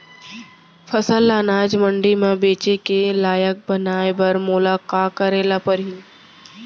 फसल ल अनाज मंडी म बेचे के लायक बनाय बर मोला का करे ल परही?